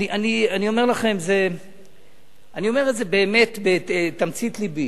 אני אומר את זה באמת בתמצית לבי: